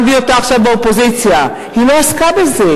מאיפה שר החוץ שלנו לוקח את האומץ לתת סטירה כזאת לגדולה